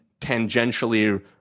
tangentially